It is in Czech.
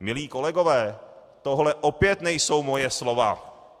Milí kolegové, tohle opět nejsou moje slova.